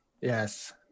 Yes